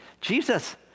Jesus